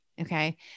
Okay